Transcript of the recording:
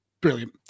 Brilliant